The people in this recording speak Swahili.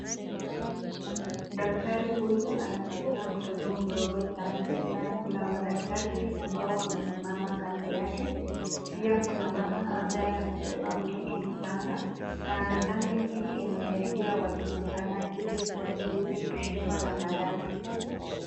Daktari huyu anapatia mtoto mdogo chanjo na kuna madaktari ambao wamesimama kando yake, pia kuna mama ambaye amebeba mtoto mchanga, na chanjo hii inasaidia watoto sana ili wasiweze kushikwa na maradhi.